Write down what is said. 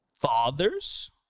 father's